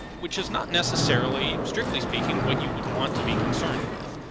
which is not necessarily, strictly speaking, what you would want to be concerned with.